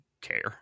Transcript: care